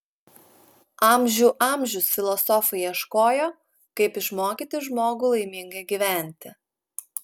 amžių amžius filosofai ieškojo kaip išmokyti žmogų laimingai gyventi